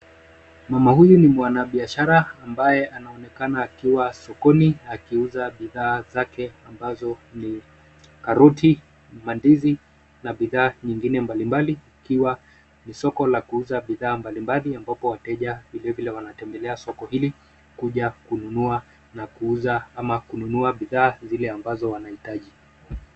Mama huyu ni mwanabiashara ambaye anaonekana akiwa sokoni akiuza bidhaa zake ambazo ni karoti, mandizi na bidhaa nyingine mbalimbali likiwa ni soko la kuuza bidhaa mbalimbali ambapo wateja vilevile wanatembelea soki hili kuja kununua na kuuza ama kununua bidhaa zile ambazo wanahitaji.